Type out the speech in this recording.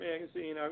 magazine